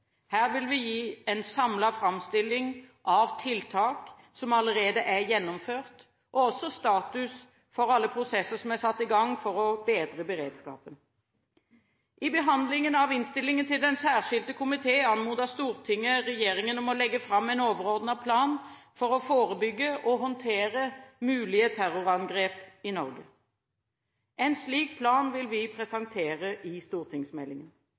Her vil vi gi en samlet framstilling av tiltak som allerede er gjennomført, og også status for alle prosesser som er satt i gang for å bedre beredskapen. I behandlingen av innstillingen til Den særskilte komité anmodet Stortinget regjeringen om å legge fram en overordnet plan for å forebygge og håndtere mulige terrorangrep i Norge. En slik plan vil vi presentere i stortingsmeldingen.